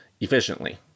efficiently